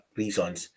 reasons